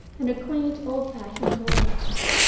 and her quaint old-fashioned gold watch.